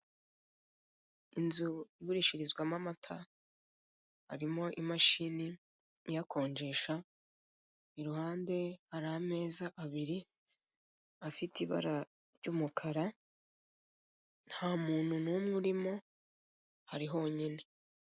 Inzu igurishirizwamo amata, harimo imashini iyakonjesha, iruhande hari ameza abiri afite ibara ry'umukara, nta muntu n'umwe urimo, hari honyine.